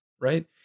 right